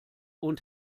und